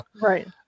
Right